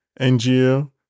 NGO